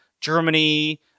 Germany-